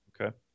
Okay